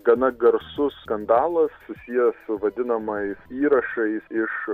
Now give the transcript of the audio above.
gana garsus skandalas susijęs su vadinamais įrašais iš